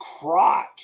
crotch